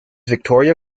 victoria